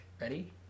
Ready